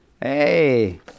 Hey